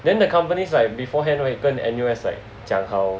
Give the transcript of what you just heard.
then the companies like beforehand 跟 N_U_S like 讲好